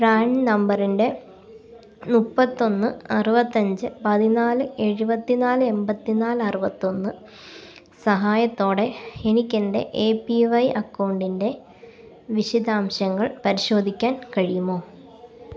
PRAN നമ്പറിൻ്റെ മുപ്പത്തൊന്ന് അറുപത്തഞ്ച് പതിനാല് എഴുപത്തി നാല് എൺപത്തി നാല് അറുപത്തൊന്ന് സഹായത്തോടെ എനിക്ക് എൻ്റെ എ പി വൈ അക്കൗണ്ടിൻ്റെ വിശദാംശങ്ങൾ പരിശോധിക്കാൻ കഴിയുമോ